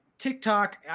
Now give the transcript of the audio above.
TikTok